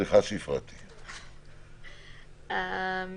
מספר בקשות המעצר הראשונות לפי סעיף 21 לחוק המעצרים,